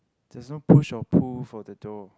there's no push or pull for the door